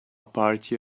party